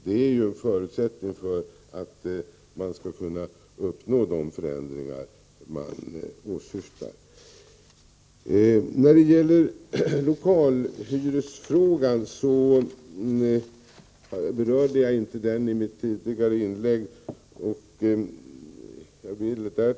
Det är en förutsättning för att kunna uppnå de förändringar man åsyftar. Jag berörde inte lokalhyresfrågan i mitt tidigare inlägg.